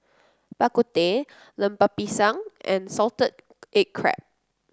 Bak Kut Teh Lemper Pisang and Salted Egg Crab